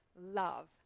love